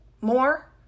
more